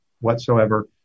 whatsoever